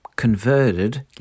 converted